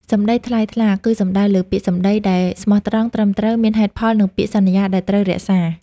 សម្ដីថ្លៃថ្លា គឺសំដៅលើពាក្យសម្ដីដែលស្មោះត្រង់ ត្រឹមត្រូវ មានហេតុផល និងពាក្យសន្យាដែលត្រូវរក្សា។